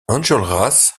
enjolras